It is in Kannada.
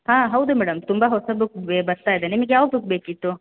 ಹಾಂ ಹೌದು ಮೇಡಮ್ ತುಂಬ ಹೊಸ ಬುಕ್ ಬರ್ತಾ ಇದೆ ನಿಮ್ಗೆ ಯಾವ ಬುಕ್ ಬೇಕಿತ್ತು